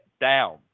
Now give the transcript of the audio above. down